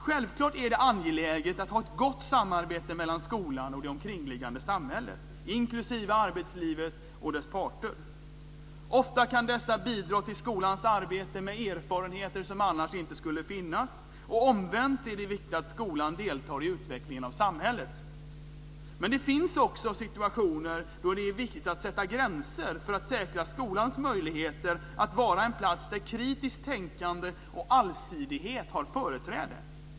Självklart är det angeläget att ha ett gott samarbete mellan skolan och det omkringliggande samhället, inklusive arbetslivet och dess parter. Ofta kan dessa bidra till skolans arbete med erfarenheter som annars inte skulle finnas, och omvänt är det viktigt att skolan deltar i utvecklingen av samhället. Men det finns också situationer då det är viktigt att sätta gränser för att säkra skolans möjligheter att vara en plats där kritiskt tänkande och allsidighet har företräde.